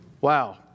Wow